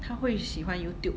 她会喜欢 YouTube